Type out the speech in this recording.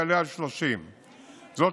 יעלה על 30. זאת,